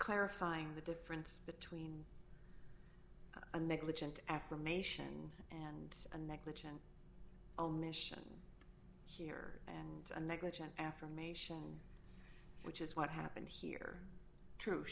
clarifying the difference between a negligent affirmation and a negligent omission here and a negligent affirmations which is what happened here true